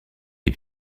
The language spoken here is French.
est